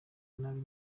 nabi